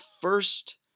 first